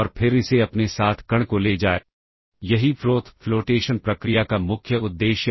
तो इस प्रकार से हम एक PSW रजिस्टर का इस्तेमाल कर सकते हैं